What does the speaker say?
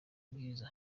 bwiza